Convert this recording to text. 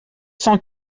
cent